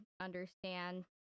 understand